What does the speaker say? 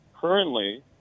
currently